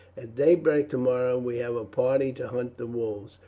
at daybreak tomorrow we have a party to hunt the wolves,